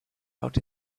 out